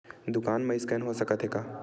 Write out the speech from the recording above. दुकान मा स्कैन हो सकत हे का?